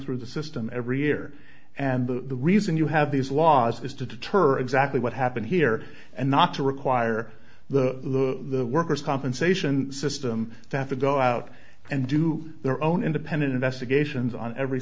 through the system every year and the reason you have these laws is to deter exactly what happened here and not to require the workers compensation system than to go out and do their own independent investigations on every